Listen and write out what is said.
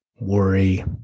worry